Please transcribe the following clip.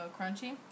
crunchy